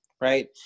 right